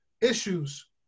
issues